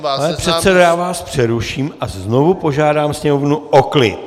Pane předsedo, já vás přeruším a znovu požádám sněmovnu o klid!